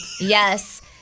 Yes